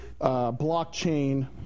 blockchain